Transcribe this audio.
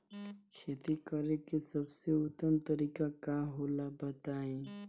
खेती करे के सबसे उत्तम तरीका का होला बताई?